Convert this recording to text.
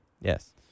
Yes